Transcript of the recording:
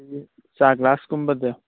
ꯆꯥ ꯒ꯭ꯂꯥꯁ ꯀꯨꯝꯕꯗꯣ